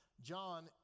John